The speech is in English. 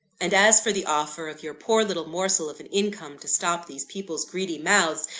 and, as for the offer of your poor little morsel of an income to stop these people's greedy mouths,